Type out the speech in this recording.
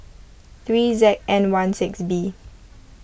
three Z N one six B